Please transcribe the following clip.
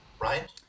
right